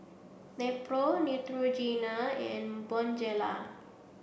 Nepro Neutrogena and Bonjela